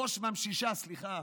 ראש ממשישה, סליחה,